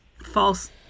false